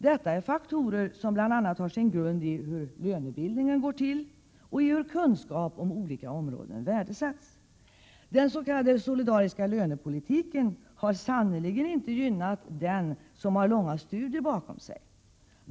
Detta är faktorer som har sin grund i bl.a. hur lönebildningen går till och hur kunskap inom olika områden värdesätts. Den s.k. solidariska lönepolitiken har sannerligen inte gynnat den som har långa studier bakom sig.